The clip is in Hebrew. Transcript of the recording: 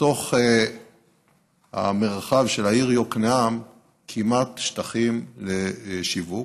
בתוך המרחב של העיר יקנעם שטחים לשיווק,